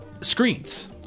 screens